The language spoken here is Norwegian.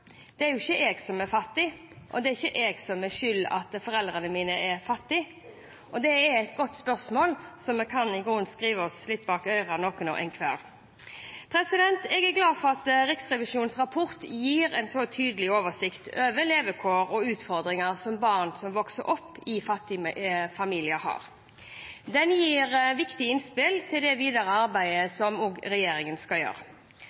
Det er jo ikke jeg som er fattig, og det er ikke jeg som er skyld i at foreldrene mine er fattig. Det er et godt spørsmål, som vi kan skrive oss litt bak øret noen hver. Jeg er glad for at Riksrevisjonens rapport gir en så tydelig oversikt over levekår og utfordringer for barn som vokser opp i fattige familier. Den gir viktige innspill til det videre arbeidet som regjeringen skal gjøre.